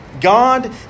God